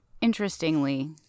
interestingly